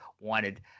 wanted